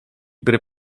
gry